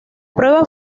prueba